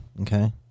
okay